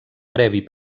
previ